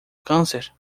câncer